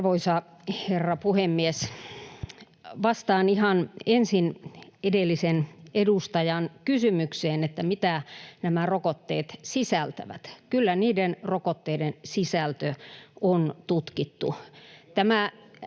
Arvoisa herra puhemies! Vastaan ihan ensin edellisen edustajan kysymykseen siitä, mitä nämä rokotteet sisältävät. Kyllä niiden rokotteiden sisältö on tutkittu.